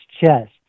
chest